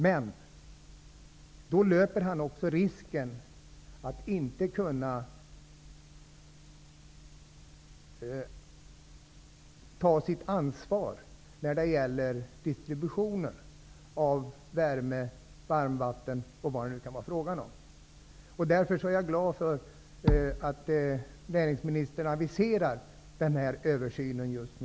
Men då löper man risken att inte kunna ta ett ansvar för distribution av värme, varmvatten eller vad det nu kan vara fråga om. Därför är jag glad för att näringsministern nu aviserar en översyn.